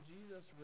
Jesus